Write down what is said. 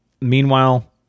meanwhile